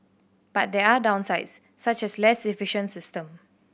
but there are downsides such as less efficient system